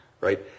right